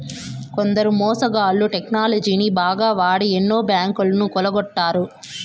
కొందరు మోసగాళ్ళు టెక్నాలజీని బాగా వాడి ఎన్నో బ్యాంకులను కొల్లగొట్టారు